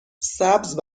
سبز